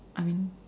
I mean